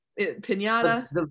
pinata